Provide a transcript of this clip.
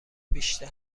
بیشتر